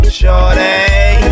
shorty